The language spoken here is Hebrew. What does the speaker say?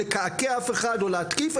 לקעקע אף אחד או להתקיף,